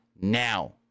now